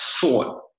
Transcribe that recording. thought